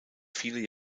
viele